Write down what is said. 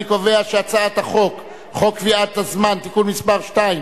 אני קובע שהצעת חוק קביעת הזמן (תיקון מס' 2),